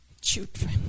children